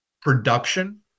production